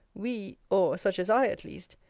we, or such as i at least,